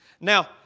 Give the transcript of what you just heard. Now